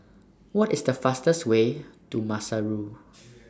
What IS The fastest Way to Maseru